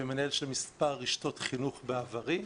ומנהל של מספר רשתות חינוך בעברי.